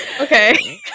okay